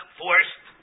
forced